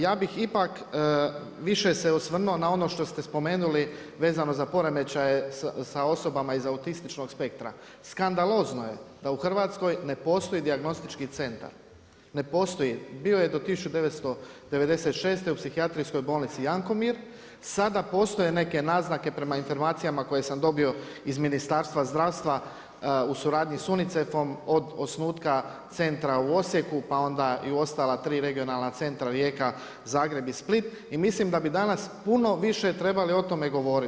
Ja bih ipak više se osvrnuo na ono što ste spomenuli vezano za poremećaje sa osobama iz autističnog spektra, skandalozno je da u Hrvatskoj ne postoji dijagnostički centra, ne postoji. bio je do 1996. u Psihijatrijskoj bolnici Jankomir, sada postoje neke naznake prema informacijama koje sam dobio iz Ministarstva zdravstva u suradnji sa UNICEF-om od osnutka centra u Osijeku pa onda i u ostala tri regionalna centra Rijeka, Zagreb i Split i mislim da bi danas puno više trebali govoriti.